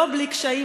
לא בלי קשיים,